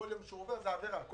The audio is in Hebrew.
כל יום שהוא עובר זה עבירה נוספת,